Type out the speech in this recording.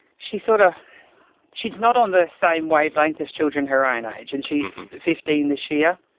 she's sort of she's not on the same wavelength as children her own age and she's fifteen this year.